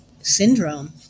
syndrome